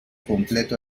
completo